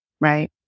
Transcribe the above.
right